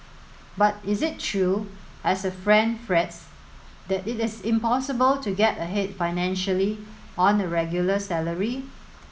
but is it true as a friend frets that it is impossible to get ahead financially on a regular salary